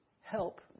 help